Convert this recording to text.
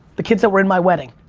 the kids that were in my wedding,